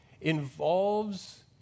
involves